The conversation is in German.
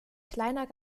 kleiner